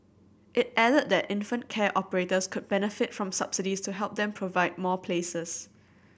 it added that infant care operators could benefit from subsidies to help them provide more places